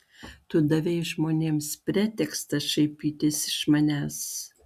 tu davei žmonėms pretekstą šaipytis iš manęs